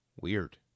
Weird